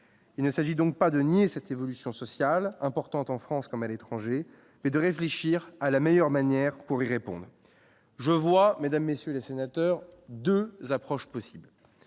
il ne s'agit donc pas de nier cette évolution sociale importante en France comme à l'étranger et de réfléchir à la meilleure manière pour y répondre, je vois, mesdames, messieurs les sénateurs, 2 approches possibles